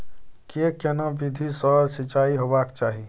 के केना विधी सॅ सिंचाई होबाक चाही?